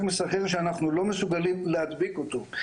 מסחרר שאנחנו לא מסוגלים להדביק אותו.